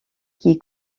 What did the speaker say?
qui